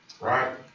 right